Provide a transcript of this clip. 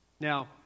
Now